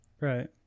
Right